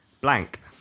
Blank